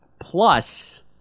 Plus